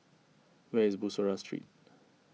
where is Bussorah Street